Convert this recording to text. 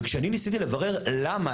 וכשאני ניסיתי לברר למה,